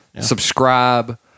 Subscribe